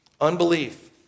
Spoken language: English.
Unbelief